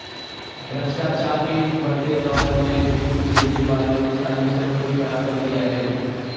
भ्रष्टाचार के इस बढ़ते दौर में घूस लेने वालों ने सारे सिस्टम को ही खराब कर दिया है